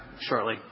shortly